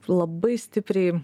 labai stipriai